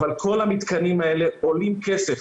אבל כל המתקנים האלה עולים כסף.